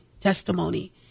testimony